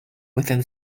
within